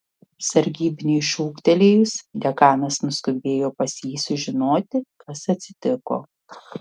sargybiniui šūktelėjus dekanas nuskubėjo pas jį sužinoti kas atsitiko